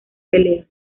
peleas